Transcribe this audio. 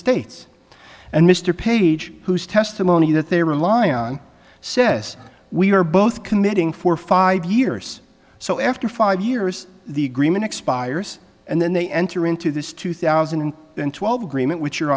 states and mr page whose testimony that they rely on sis we are both committing for five years so after five years the agreement expires and then they enter into this two thousand and twelve agreement which your